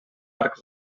arc